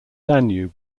danube